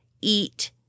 eat